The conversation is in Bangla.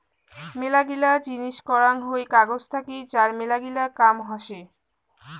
মেলাগিলা জিনিস করাং হই কাগজ থাকি যার মেলাগিলা কাম হসে